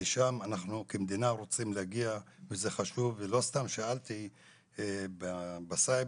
לשם אנחנו כמדינה רוצים להגיע וזה חשוב" ולא סתם שאלתי לגבי הסייבר,